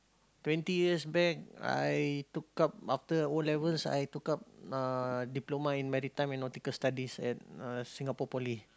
twenty years back I took up after o-levels I took up uh diploma in maritime and nautical studies at uh Singapore-Poly